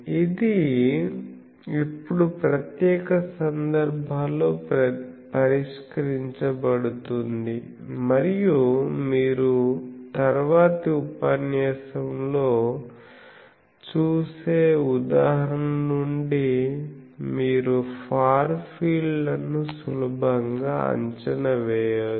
ఇది ఇప్పుడు ప్రత్యేక సందర్భాల్లో పరిష్కరించబడుతుంది మరియు మీరు తరువాతి ఉపన్యాసంలో చూసే ఉదాహరణల నుండి మీరు ఫార్ ఫీల్డ్ లను సులభంగా అంచనా వేయవచ్చు